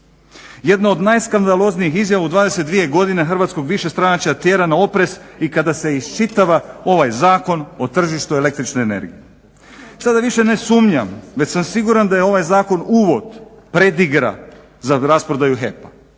Jedna od najskandaloznijih izjava u 22 godine hrvatskog višestranačja tjera na oprez i kada se iščitava ovaj Zakon o tržištu električne energije. Sada više ne sumnjam već sam siguran da je ovaj zakon uvod, predigra za rasprodaju HEP-a